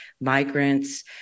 migrants